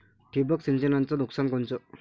ठिबक सिंचनचं नुकसान कोनचं?